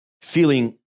feeling